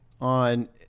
on